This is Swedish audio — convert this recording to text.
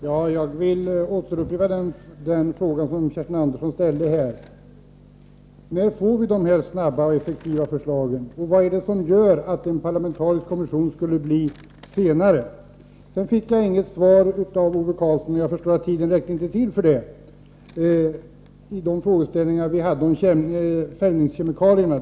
Herr talman! Jag vill upprepa den fråga som Kerstin Andersson ställde. När får vi de snabba och effektiva förslagen? Vad är det som säger att en parlamentarisk kommission skulle arbeta långsammare? Jag fick inte något svar från Ove Karlsson beträffande fällningskemikalierna. Jag förstår att hans tid inte räckte till.